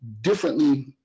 differently